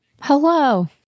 Hello